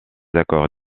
accords